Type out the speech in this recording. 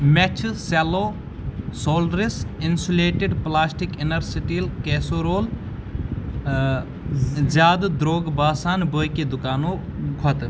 مےٚ چھُ Cello Solaris insulated plastic inner steel casserole زیادٕ درٛوگ باسان باقٕے دُکانو کھۄتہٕ